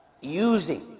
using